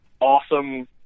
awesome